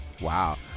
wow